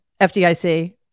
FDIC